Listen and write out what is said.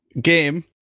Game